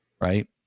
right